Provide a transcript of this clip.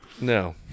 no